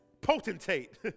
potentate